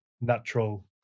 natural